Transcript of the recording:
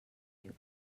you